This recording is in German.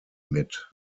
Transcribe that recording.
mit